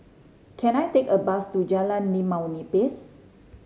can I take a bus to Jalan Limau Nipis